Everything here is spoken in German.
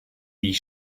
wie